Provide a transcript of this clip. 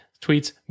tweets